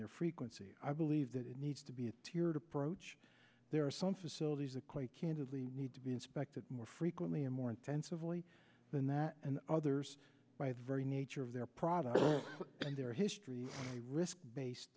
their frequency i believe that it needs to be a tiered approach there are some facilities a quite candidly need to be inspected more frequently and more intensively than that and others by the very nature of their product and their history risk based